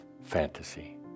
fantasy